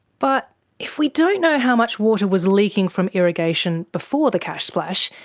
but if we don't know how much water was leaking from irrigation before the cash splash,